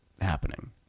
happening